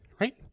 right